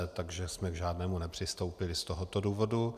Takže jsme k žádnému nepřistoupili z tohoto důvodu.